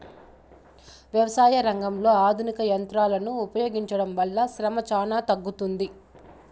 వ్యవసాయంలో ఆధునిక యంత్రాలను ఉపయోగించడం వల్ల శ్రమ చానా తగ్గుతుంది